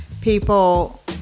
people